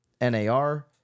NAR